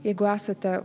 jeigu esate